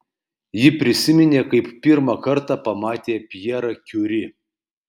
ji prisiminė kaip pirmą kartą pamatė pjerą kiuri